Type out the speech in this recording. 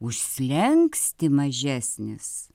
už slenkstį mažesnis